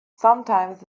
sometimes